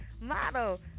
model